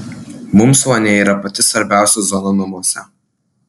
mums vonia yra pati svarbiausia zona namuose